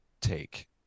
take